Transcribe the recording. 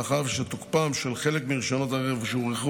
מאחר שתוקפם של חלק מרישיונות הרכב שהוארכו